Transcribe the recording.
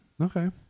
Okay